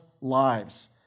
lives